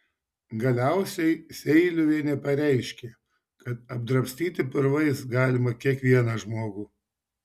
galiausiai seiliuvienė pareiškė kad apdrabstyti purvais galima kiekvieną žmogų